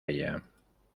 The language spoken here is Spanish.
ella